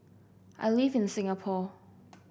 I live in Singapore